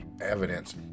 evidence